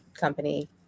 company